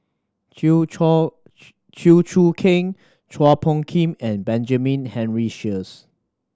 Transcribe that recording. Chew Chua Chew Choo Keng Chua Phung Kim and Benjamin Henry Sheares